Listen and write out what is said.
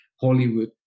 hollywood